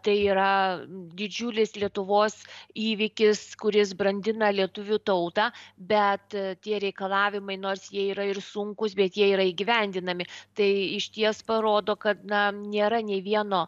tai yra didžiulis lietuvos įvykis kuris brandina lietuvių tautą bet tie reikalavimai nors jie yra ir sunkūs bet jie yra įgyvendinami tai išties parodo kad na nėra nei vieno